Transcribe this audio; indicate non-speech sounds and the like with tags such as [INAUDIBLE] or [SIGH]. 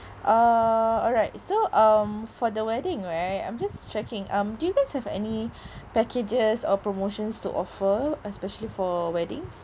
uh alright so um for the wedding right I'm just checking um do you guys have any [BREATH] packages or promotions to offer especially for weddings